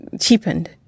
cheapened